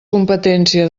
competència